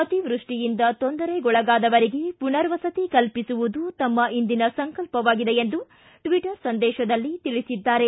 ಅತಿವೃಷ್ಟಿಯಿಂದ ತೊಂದರೆಗೊಳಗಾದವರಿಗೆ ಮನರ್ವಸತಿ ಕಲ್ಪಿಸುವುದು ತಮ್ಮ ಇಂದಿನ ಸಂಕಲ್ಪವಾಗಿದೆ ಎಂದು ಟ್ವಿಟರ್ ಸಂದೇಶದಲ್ಲಿ ತಿಳಿಸಿದ್ದಾರೆ